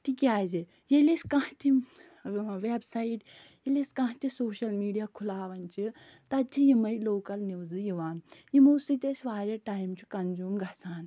تِکیٛازِ ییٚلہِ أسۍ کانٛہہ تہِ ویبسایٹ ییٚلہِ أسۍ کانٛہہ تہِ سوشَل میٖڈِیا کھُلاوان چھِ تَتہِ چھِ یِمَے لوکَل نِوٕزٕ یِوان یِمَو سۭتۍ اَسہِ واریاہ ٹایَم چھِ کَنزیوٗم گژھان